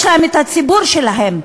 יש להם ציבור משלהם.